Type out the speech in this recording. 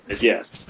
Yes